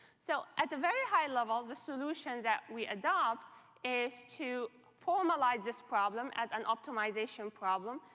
so at the very high level, the solution that we adopt is to formalize this problem as an optimization problem,